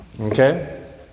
Okay